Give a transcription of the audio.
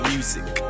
Music